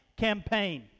campaign